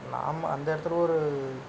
நாம் அந்த இடத்துல ஒரு